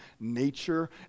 nature